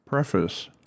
Preface